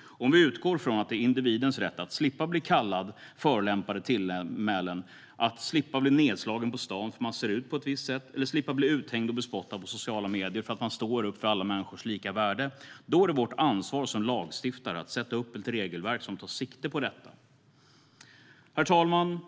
Om vi utgår från att det är individens rätt att slippa bli kallad förolämpande tillmälen, att slippa bli nedslagen på stan för att man ser ut på ett visst sätt eller att slippa bli uthängd och bespottad på sociala medier för att man står upp för alla människors lika värde, är det vårt ansvar som lagstiftare att sätta upp ett regelverk som tar sikte på detta. Herr talman!